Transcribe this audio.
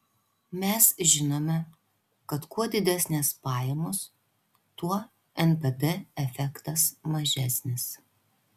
mes žinome kad kuo didesnės pajamos tuo npd efektas mažesnis